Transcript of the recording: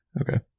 Okay